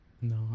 No